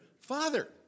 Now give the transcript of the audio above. father